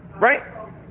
Right